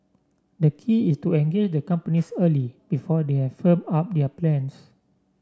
the key is to engage the companies early before they have firmed up their plans